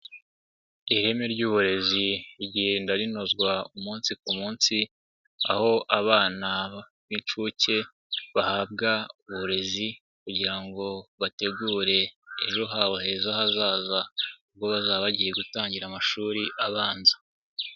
Ireme ry'uburezi rigenda rinozwa umunsi ku munsi aho abana b'incuke bahabwa uburezi kugira ngo bategure ejo habo heza hazaza ubwo bazaba bagiye gutangira amashuri abanza.